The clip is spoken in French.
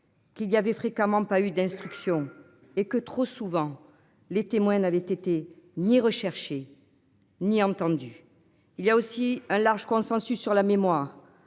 Qu'il y avait fréquemment pas eu d'instruction, et que trop souvent les témoins n'avaient été ni recherché ni entendu il y a aussi un large consensus sur la mémoire.